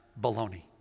baloney